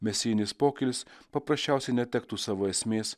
mesijinis pokylis paprasčiausiai netektų savo esmės